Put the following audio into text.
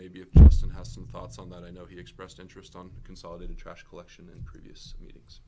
maybe if somehow some thoughts on that i know he expressed interest on consolidated trash collection and previous meetings